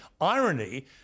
irony